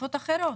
בשפות אחרות.